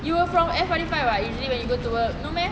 you were from F forty five [what] usually when you go to work no meh